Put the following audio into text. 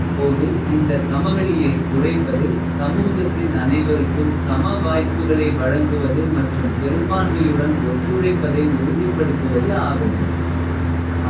இப்போது இந்த சமவெளியை குறைப்பது. சமூகத்தின் அனைவருக்கும் சம வாய்ப்புகளை. வழங்குவது மற்றும் பெரும்பான்மையுடன் ஒத்துழைப்பதை. உறுதிப்படுத்துவது ஆகும்